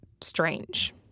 strange